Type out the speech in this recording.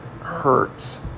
hurts